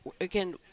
again